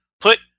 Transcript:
put